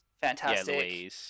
fantastic